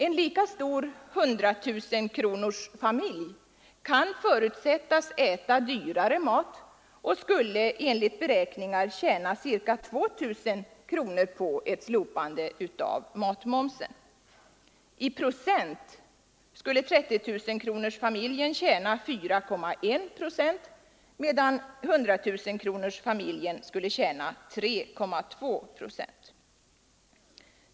En lika stor 100 000-kronorsfamilj kan förutsättas äta dyrare mat och skulle enligt beräkningar tjäna ca 2000 kronor på ett slopande av matmomsen. I procent skulle 30 000-kronorsfamiljen tjäna 4,1 procent medan 100 000-kronorsfamiljen skulle tjäna 3,2 procent.